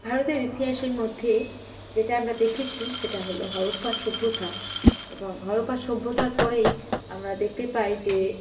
ভারতের ইতিহাসের মধ্যে যেটা আমরা দেখেছি সেটা হলো হরপ্পা সভ্যতা এবং হরপ্পা সভ্যতার পরেই আমরা দেখতে পাই যে